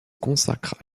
consacrent